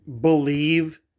believe